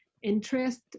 interest